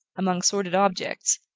among sordid objects,